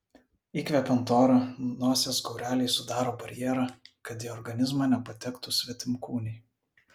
įkvepiant orą nosies gaureliai sudaro barjerą kad į organizmą nepatektų svetimkūniai